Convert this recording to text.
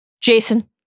Jason